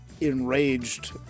enraged